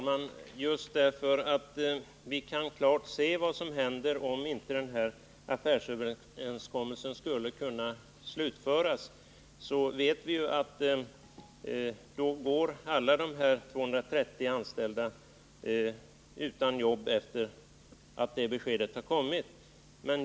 Herr talman! Vi kan klart se vad som händer, om denna affärsöverenskommelse inte kan slutföras. Om ett sådant besked kommer, blir alla de 230 anställda utan jobb.